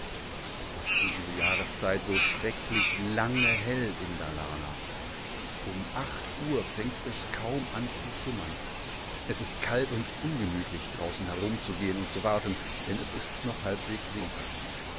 es ist um diese jahreszeit so schrecklich lange hell in dalarna um acht uhr fängt es kaum an zu schummern es ist kaltundungemütlich draußenherumzugehenundzuwarten dennesistnoch halbwegs winter